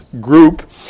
group